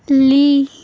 lee